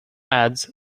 ads